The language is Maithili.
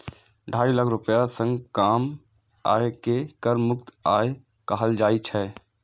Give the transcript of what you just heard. ढाई लाख रुपैया सं कम आय कें कर मुक्त आय कहल जाइ छै